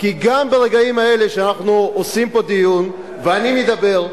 גם ברגעים אלה, שאנחנו עושים פה דיון, ואני מדבר,